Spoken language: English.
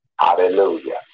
Hallelujah